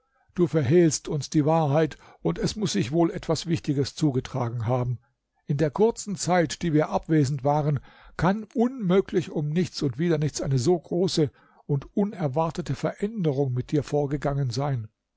du verhehlst uns die wahrheit und es muß sich wohl etwas wichtiges zugetragen haben in der kurzen zeit da wir abwesend waren kann unmöglich um nichts und wieder nichts eine so große und unerwartete veränderung mit dir vorgegangen sein